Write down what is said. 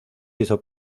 hizo